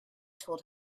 told